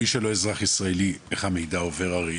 איך המידע עבור על אדם שאינו אזרח ישראלי?